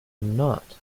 not